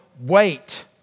wait